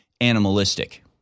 animalistic